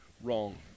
wrong